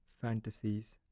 fantasies